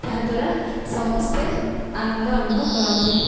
ତାହାଦ୍ୱାରା ସମସ୍ତେ ଆନନ୍ଦ ଅନୁଭବ କରନ୍ତି